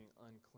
unclean